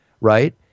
right